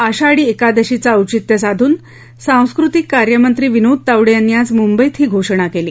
आषाढी एकादशीचं औचित्य साधून सांस्कृतिक कार्यमंत्री विनोद तावडे यांनी आज मुंबईत ही घोषणा केली